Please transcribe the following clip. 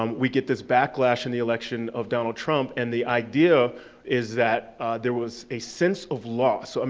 um we get this backlash in the election of donald trump and the idea is that there was a sense of loss, um